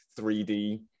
3D